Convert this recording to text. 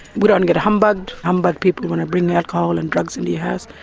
we don't get humbugged, humbug people who want to bring alcohol and drugs into your house,